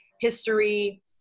history